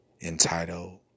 entitled